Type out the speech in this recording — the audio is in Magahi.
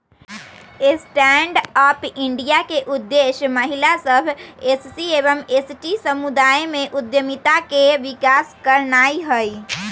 स्टैंड अप इंडिया के उद्देश्य महिला सभ, एस.सी एवं एस.टी समुदाय में उद्यमिता के विकास करनाइ हइ